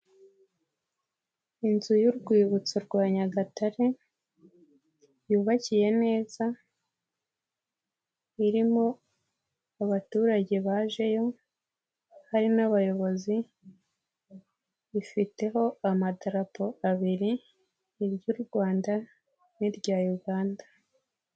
Inzu y'Urwibutso rwa Nyagatare yubakiye neza, irimo abaturage baje yo, hari n'abayobozi, ifiteho amadarapo abiri: iry'u Rwanda n'irya Uganda.